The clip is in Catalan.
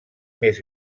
més